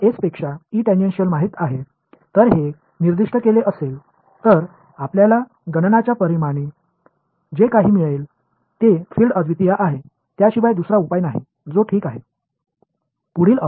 S எல்லாவற்றிற்கும் மேலாக E tangential என்று எனக்குத் தெரியும் என்று வைத்துக்கொள்வோம் அது குறிப்பிடப்பட்டால் ஒரு கணக்கீட்டின் விளைவாக நீங்கள் பெறும் புலன்கள் அவை தனித்துவமானவை வேறு எந்த தீர்வும் சரியில்லை